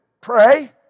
Pray